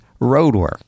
roadwork